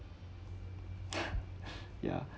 yeah